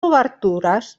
obertures